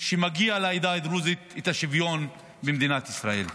שמגיע לעדה הדרוזית שוויון במדינת ישראל.